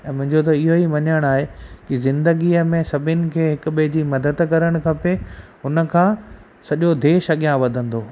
ऐं मुंहिंजो त इहो ई मञणु आहे की ज़िंदगीअ में सभिनी खे हिकु ॿिएं जी मदद करणु खपे हुन खां सॼो देशु अॻियां वधंदो